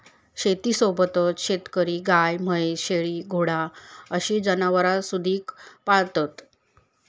शेतीसोबतच शेतकरी गाय, म्हैस, शेळी, घोडा अशी जनावरांसुधिक पाळतत